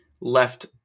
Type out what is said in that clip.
left